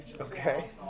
Okay